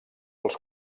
als